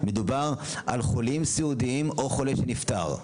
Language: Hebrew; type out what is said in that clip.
מדובר על חולים סיעודיים או חולה שנפטר.